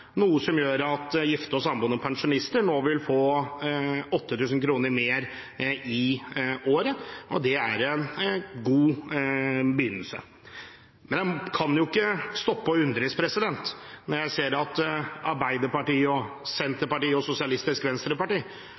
noe som gjør at gifte og samboende pensjonister nå vil få 8 000 kr mer i året. Det er en god begynnelse. Men jeg kan ikke stoppe å undres når jeg ser at Arbeiderpartiet, Senterpartiet og Sosialistisk Venstreparti